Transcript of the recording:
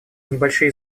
небольшие